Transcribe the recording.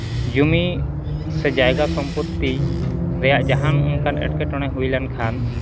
ᱡᱚᱢᱤ ᱥᱮ ᱡᱟᱭᱜᱟ ᱥᱚᱢᱯᱚᱛᱛᱤ ᱨᱮᱭᱟᱜ ᱡᱟᱦᱟᱱ ᱚᱱᱠᱟᱱ ᱮᱸᱴᱠᱮᱴᱚᱬᱮ ᱦᱩᱭ ᱞᱮᱱᱠᱷᱟᱱ